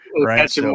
Right